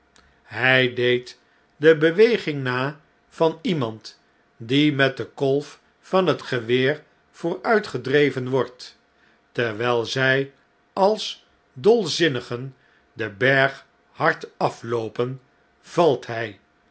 hij deed de beweging na van iemand die met de kolf van het geweer vooruitgedreven wordt terwijl zjj als dolzinnigen den berg hard afloopen valt hjj